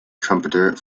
trumpeter